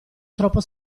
troppo